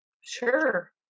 Sure